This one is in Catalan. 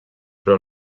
però